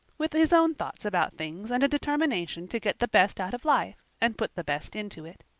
with his own thoughts about things and a determination to get the best out of life and put the best into it.